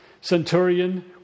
centurion